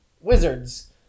wizards